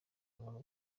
muntu